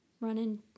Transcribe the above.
running